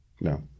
No